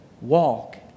Walk